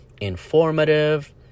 informative